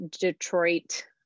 Detroit